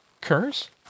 Curse